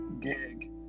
gig